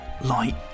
Light